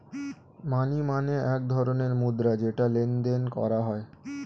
মানি মানে এক ধরণের মুদ্রা যেটা লেনদেন করা হয়